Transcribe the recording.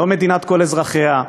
לא "מדינת כל אזרחיה",